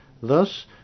Thus